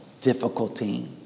difficulty